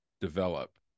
develop